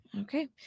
Okay